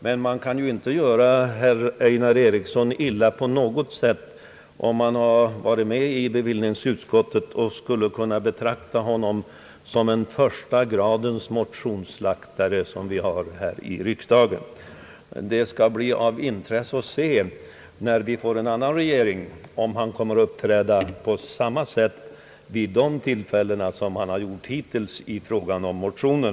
Men den som suttit med i bevillningsutskottet kan väl inte göra herr Eriksson orätt om man betraktar honom som en första gradens motionsslaktare här i riksdagen. Det skall bli intressant att se om han när vi får en annan regering kommer att uppträda på samma sätt som hittills i fråga om motioner.